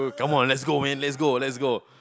come on let's go man let's go let's go